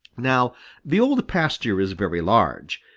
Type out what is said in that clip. now the old pasture is very large.